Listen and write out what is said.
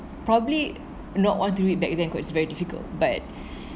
probably not all do it back then cause it's very difficult but